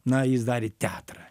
na jis darė teatrą